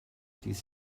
dydd